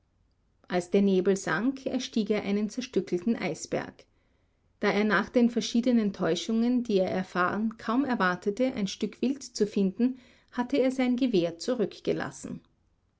als der nebel sank erstieg er einen zerstückelten eisberg da er nach den verschiedenen täuschungen die er erfahren kaum erwartete ein stück wild zu finden hatte er sein gewehr zurückgelassen